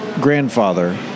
grandfather